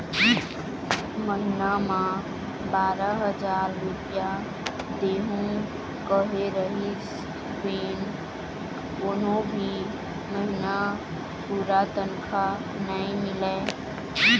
महिना म बारा हजार रूपिया देहूं केहे रिहिस फेर कोनो भी महिना पूरा तनखा नइ मिलय